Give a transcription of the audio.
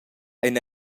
ein